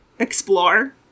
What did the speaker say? Explore